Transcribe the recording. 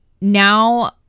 now